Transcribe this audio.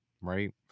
right